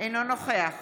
אינו נוכח